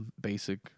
basic